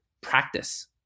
practice